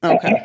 Okay